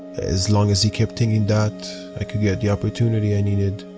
as long as he kept thinking that, i could get the opportunity i needed,